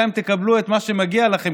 גם אם תקבלו את מה שמגיע לכם,